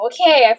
Okay